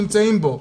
נמצאים בו.